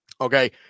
Okay